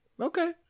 okay